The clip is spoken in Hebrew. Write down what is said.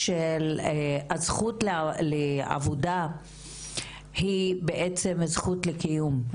הזכות לעבודה היא בעצם זכות לקיום,